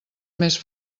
més